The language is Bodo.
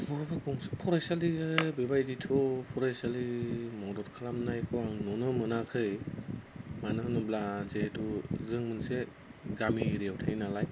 बबेबा गंसे फरायसालिया बेबायदिथ' फरायसालि मदद खालामनायखौ आं नुनो मोनाखै मानो होनोब्ला जिहेतु जों मोनसे गामि एरियाआव थायो नालाय